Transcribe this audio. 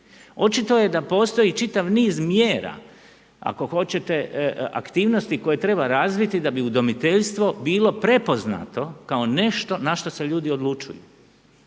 Očito je da postoji čitav niz mjera, ako hoćete aktivnosti koje treba razviti da bi udomiteljstvo bilo prepoznato kao nešto na što se ljudi odlučuju.